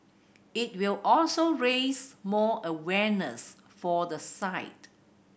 it will also raise more awareness for the site